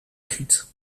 giet